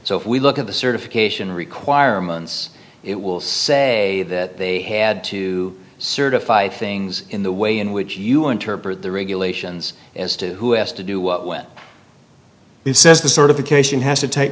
so if we look at the certification requirements it will say that they had to certify things in the way in which you interpret the regulations as to who has to do what went it says the certification has to take